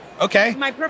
Okay